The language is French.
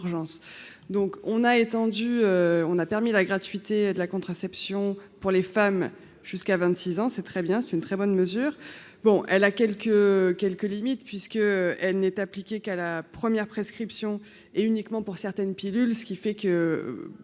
on a permis la gratuité de la contraception pour les femmes jusqu'à 26 ans, c'est très bien, c'est une très bonne mesure, bon elle a quelques quelques limites puisque elle n'est appliquée qu'à la première prescription et uniquement pour certaines pilules,